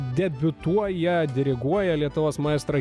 debiutuoja diriguoja lietuvos maestrai